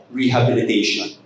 rehabilitation